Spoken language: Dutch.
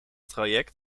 traject